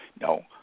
No